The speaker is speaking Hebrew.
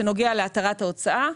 שנוגע להתרת ההוצאה,